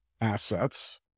assets